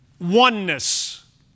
Oneness